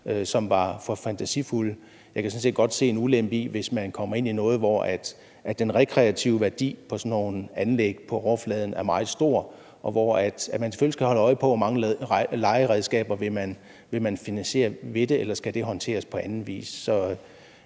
som var for fantasifulde. Jeg kan sådan set godt se en ulempe i det, hvis man kommer ind i noget, hvor den rekreative værdi på sådan nogle anlæg på overfladen er meget stor, og hvor man selvfølgelig skal holde øje med, hvor mange legeredskaber man vil finansiere ved det, eller om det skal håndteres på anden vis.